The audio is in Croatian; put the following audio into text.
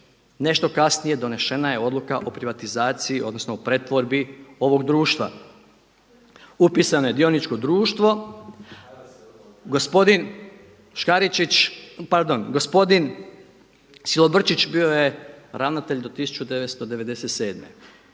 Nešto kasnije donešena je odluka o privatizaciji, odnosno o pretvorbi ovog društva. Upisano je dioničko društvo. Gospodin Škaričić, pardon gospodin Silobrčić bio je ravnatelj do 1997.